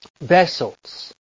vessels